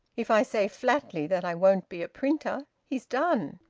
if i say flatly that i won't be a printer he's done.